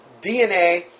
DNA